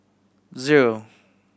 zero